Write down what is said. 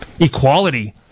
equality